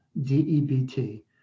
d-e-b-t